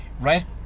right